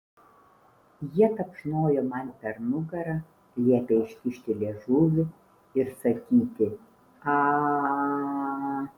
jie tapšnojo man per nugarą liepė iškišti liežuvį ir sakyti aaa